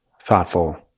thoughtful